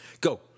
Go